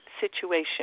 situation